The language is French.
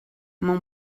mon